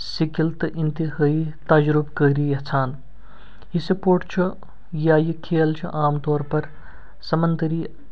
skill تہٕ اِنتِہٲیی تَجرُبہ کٲری یَژھان یہِ سٕپوٹ چھُ یا یہِ کھیل چھِ عام تور پَر سَمندٔری